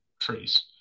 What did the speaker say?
trees